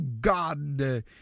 God